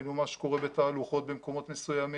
ראינו מה שקורה בתהלוכות במקומות מסוימים,